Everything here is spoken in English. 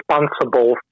responsible